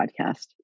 podcast